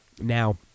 Now